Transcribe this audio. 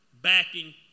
Backing